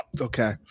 Okay